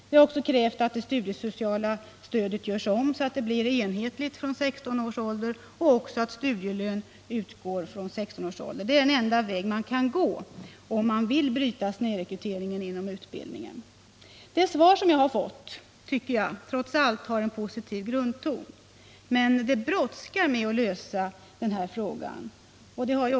Vi har också krävt att det studiesociala stödet skall göras om så att det blir ett enhetligt system från 16 års ålder samt också att studielön skall utgå från denna ålder. Det är den enda väg man kan gå om man vill bryta snedrekryteringen inom utbildningen. Det svar som jag fått tycker jag trots allt har en positiv grundton. Men det brådskar med att lösa det här problemet.